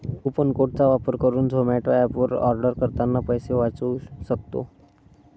coupon code चा वापर करुन झोमाटो एप वर आर्डर करतांना पैसे वाचउ सक्तो